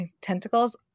tentacles